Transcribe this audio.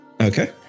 Okay